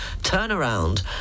turnaround